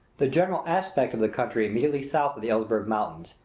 the general aspect of the country immediately south of the elburz mountains,